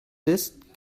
ist